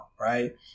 right